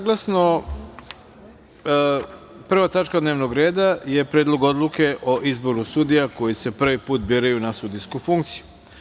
Prva tačaka dnevnog reda – Predlog odluke o izboru sudija, koji se prvi put biraju na sudijsku funkciju.